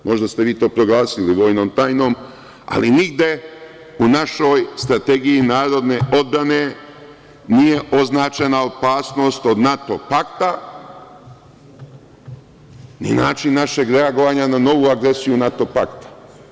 Možda ste vi to proglasili vojnom tajnom, ali nigde u našoj strategiji narodne odbrane nije označena opasnost od NATO pakta, ni način našeg reagovanja na novu agresiju NATO pakta.